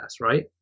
right